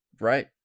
right